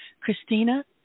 Christina